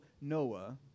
Noah